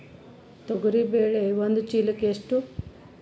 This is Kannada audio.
ತೊಗರಿ ಬೇಳೆ ಒಂದು ಚೀಲಕ ಎಷ್ಟು?